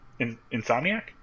insomniac